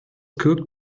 cooked